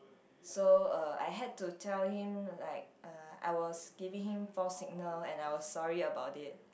so uh I had to tell him like uh I was giving him false signal and I was sorry about it